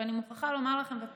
אני מוכרחה לומר לכם, ופרופ'